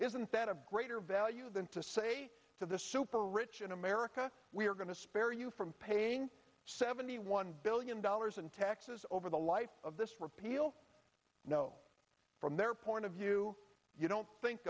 isn't that a greater value than to say to the super rich in america we're going to spare you from paying seventy one billion dollars in taxes over the life of this repeal no from their point of view you don't think